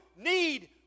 need